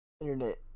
Internet